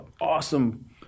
awesome